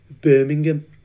Birmingham